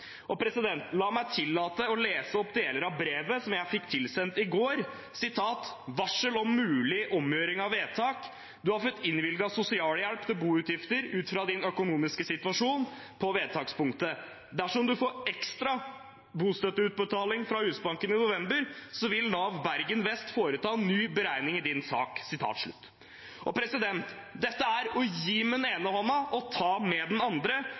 La meg lese opp deler av et brev jeg fikk tilsendt i går: Varsel om mulig omgjøring av vedtak. Du har fått innvilget sosialhjelp til boutgifter ut fra din økonomiske situasjon på vedtakspunktet. Dersom du får ekstra bostøtteutbetaling fra Husbanken i november, vil Nav Bergen vest foreta ny beregning i din sak. Dette er å gi med den ene hånden og ta med den andre.